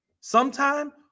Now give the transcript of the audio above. sometime